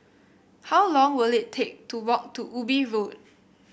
how long will it take to walk to Ubi Road